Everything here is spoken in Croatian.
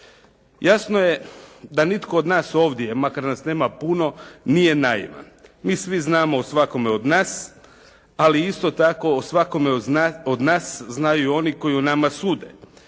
Jasno je da nitko od nas ovdje makar nas nema puno nije naivan. Mi svi znamo o svakome od nas ali isto tako o svakome od nas znaju oni koji o nama sude.